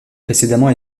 précédemment